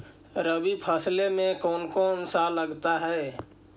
रबी फैसले मे कोन कोन सा लगता हाइय?